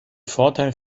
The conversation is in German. vorteil